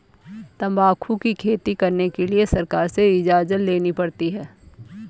तंबाकू की खेती करने के लिए सरकार से इजाजत लेनी पड़ती है